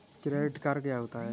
Credit card क्या होता है?